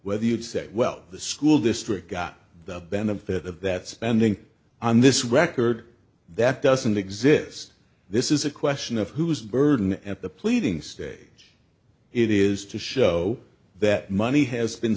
whether you'd say well the school district got the benefit of that spending on this record that doesn't exist this is a question of whose burden at the pleading stage it is to show that money has been